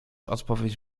odpowiedź